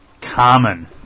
common